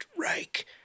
Reich